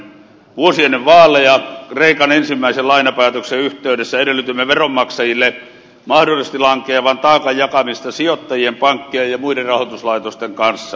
vuosi ennen vaaleja kreikan ensimmäisen lainapäätöksen yhteydessä edellytimme veronmaksajille mahdollisesti lankeavan taakan jakamista sijoittajien pankkien ja muiden rahoituslaitosten kanssa